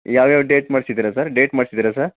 ಯಾವ್ಯಾವ ಡೇಟ್ ಮಾಡ್ಸಿದ್ದೀರಾ sir date ಮಾಡ್ಸಿದ್ದೀರಾ ಸರ್